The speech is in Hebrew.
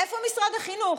איפה משרד החינוך?